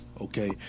Okay